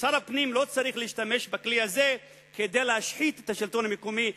ששר הפנים לא צריך להשתמש בכלי הזה כדי להשחית את השלטון המקומי.